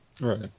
Right